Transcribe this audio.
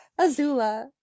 Azula